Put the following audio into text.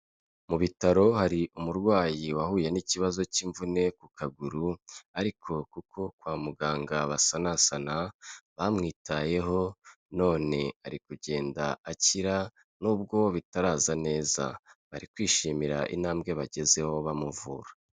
Mu bitaro hari umurwayi wahuye n'ikibazo cy'imvune ku kaguru ariko kuko kwa muganga basanasana bamwitayeho, none ari kugenda akira n'ubwo bitaraza neza bari kwishimira intambwe bagezeho bamuvura.